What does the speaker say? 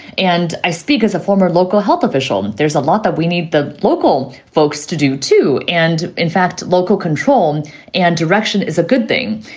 and i speak as a former local health official. there's a lot that we need the local folks to do, too. and in fact, local control and direction is a good thing.